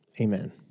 Amen